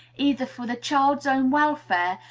either for the child's own welfare,